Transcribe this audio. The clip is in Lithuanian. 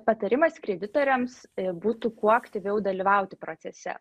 patarimas kreditoriams būtų kuo aktyviau dalyvauti procese